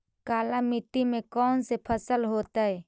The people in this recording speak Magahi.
काला मिट्टी में कौन से फसल होतै?